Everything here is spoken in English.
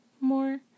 more